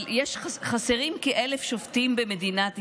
חסרים כ-1,000 שופטים במדינת ישראל.